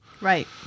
Right